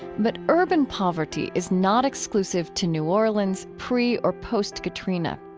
but urban poverty is not exclusive to new orleans pre or post-katrina.